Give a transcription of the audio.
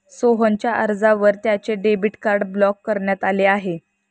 सोहनच्या अर्जावर त्याचे डेबिट कार्ड ब्लॉक करण्यात आले आहे